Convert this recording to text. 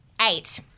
eight